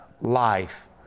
life